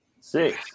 six